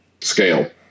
scale